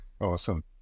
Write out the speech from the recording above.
awesome